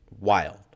Wild